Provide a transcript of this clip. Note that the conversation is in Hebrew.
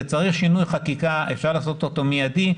אפשר לעשות אותו מיידי,